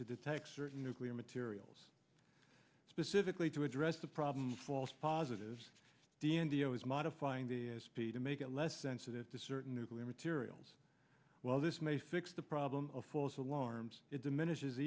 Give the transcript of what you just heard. to detect certain nuclear materials specifically to address the problem false positives d m d s modifying the s p to make it less sensitive to certain nuclear materials while this may fix the problem of false alarms it diminishes